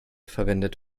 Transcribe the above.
verwendet